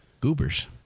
Goobers